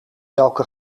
welke